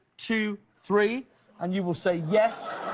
two, three and you will say yes